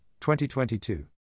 2022